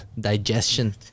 digestion